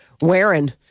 wearing